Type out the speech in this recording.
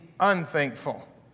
unthankful